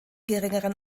geringeren